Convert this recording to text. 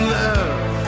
love